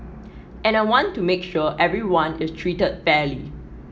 and I want to make sure everyone is treated fairly